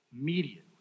immediately